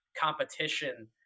competition